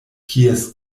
kies